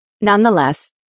Nonetheless